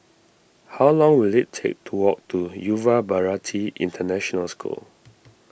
how long will it take to walk to Yuva Bharati International School